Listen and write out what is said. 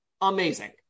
Amazing